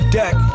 deck